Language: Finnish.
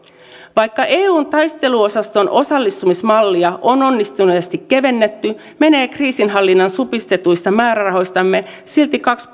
vaikka eun taisteluosaston osallistumismallia on onnistuneesti kevennetty menee kriisinhallinnan supistetuista määrärahoistamme silti kaksi